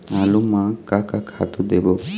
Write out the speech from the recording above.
आलू म का का खातू देबो?